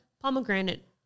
pomegranate